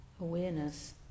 awareness